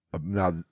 now